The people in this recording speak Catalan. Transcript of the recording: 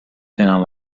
tenen